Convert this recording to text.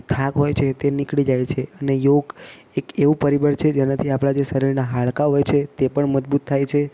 થાક હોય છે તે નીકળી જાય છે અને યોગ એક એવું પરીબળ છે જેનાથી આપણાં જે શરીરનાં હાડકાં હોય છે તે પણ મજબૂત થાય છે